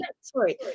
Sorry